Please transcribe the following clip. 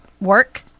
work